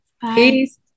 Peace